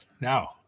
now